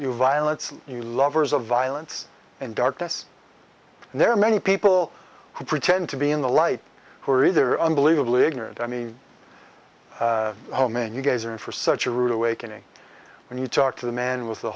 you're violets you lovers of violence and darkness and there are many people who pretend to be in the light who are either unbelievably ignorant i mean oh man you guys are in for such a rude awakening and you talk to the man with the